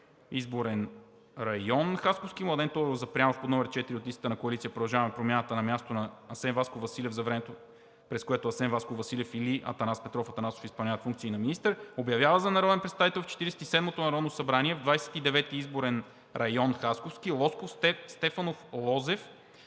изборен район – Хасковски, Младен Тодоров Запрянов, ЕГН ..., под № 4 от листата на Коалиция „Продължаваме Промяната“ на мястото на Асен Васков Василев за времето, през което Асен Васков Василев или Атанас Петров Атанасов изпълняват функции на министър. Обявява за народен представител в 47-ото Народно събрание в Двадесет и девети изборен район – Хасковски, Лозко Стефанов Лозев,